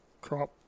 crop